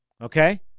Okay